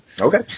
Okay